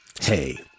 Hey